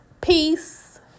Peace